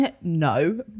no